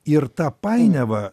ir tą painiavą